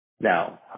Now